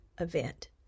event